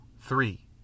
three